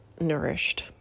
nourished